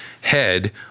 head